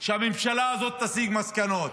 שהממשלה הזאת תסיק מסקנות.